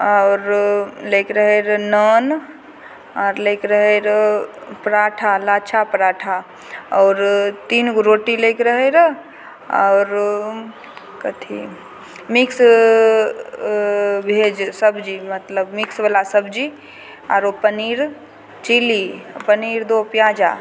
आओर लैके रहय रऽ नान आओर लैके रहय रऽ पराठा लच्छा पराठा आओर तीन गो रोटी लैके रहय रऽ आओर कथी मिक्स वेज सब्जी मतलब मिक्सवला सब्जी आरो पनीर चिली पनीर दो प्याजा